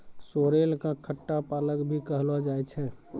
sorrel कॅ खट्टा पालक भी कहलो जाय छै